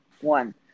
one